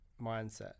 mindset